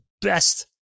best